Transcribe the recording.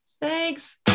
Thanks